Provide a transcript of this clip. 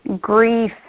grief